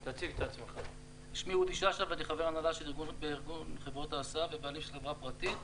אני חבר הנהלה של ארגון חברות ההסעה ובעל חברה פרטית.